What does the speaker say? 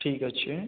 ঠিক আছে